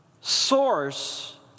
source